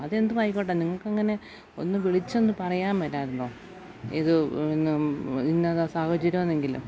അതെന്തുവായിക്കോട്ടെ നിങ്ങള്ക്കങ്ങനെ ഒന്ന് വിളിച്ചൊന്നു പറയാൻ മേലാരുന്നോ ഇത് ഇന്ന് ഇന്നതാണ് സാഹചര്യമെന്നെങ്കിലും